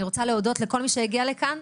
אני רוצה להודות לכל מי שהגיע לכאן.